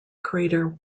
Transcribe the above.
crater